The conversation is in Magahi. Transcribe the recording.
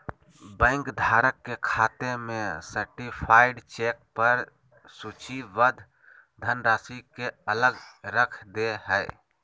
बैंक धारक के खाते में सर्टीफाइड चेक पर सूचीबद्ध धनराशि के अलग रख दे हइ